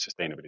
sustainability